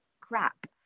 crap